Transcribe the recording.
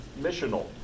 missional